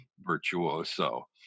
virtuoso